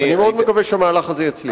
אני מקווה שהמהלך הזה אכן יצליח.